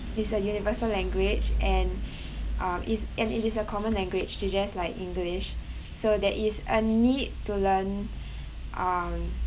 is a universal language and um is and it is a common language to just like english so there is a need to learn uh